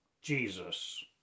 Jesus